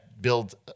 build